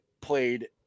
played